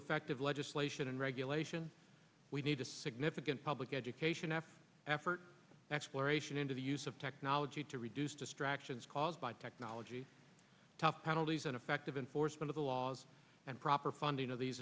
effective legislation and regulation we need to significant public education after effort exploration into the use of technology to reduce distractions caused by technology tough penalties and effective enforcement of the laws and proper funding of these